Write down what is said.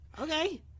Okay